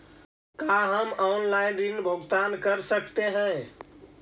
का हम आनलाइन ऋण भुगतान कर सकते हैं?